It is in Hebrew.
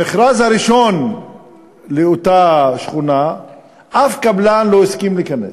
במכרז הראשון לאותה שכונה אף קבלן לא הסכים להיכנס,